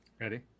Ready